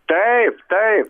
taip taip